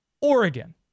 Oregon